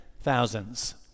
thousands